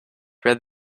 read